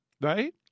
Right